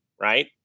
right